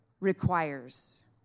requires